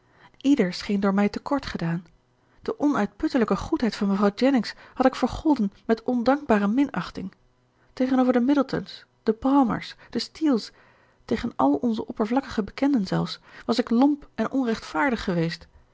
ieder scheen door mij te kort gedaan de onuitputtelijke goedheid van mevrouw jennings had ik vergolden met ondankbare minachting tegenover de middletons de palmers de steeles tegen al onze oppervlakkige bekenden zelfs was ik lomp en onrechtvaardig geweest